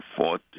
fought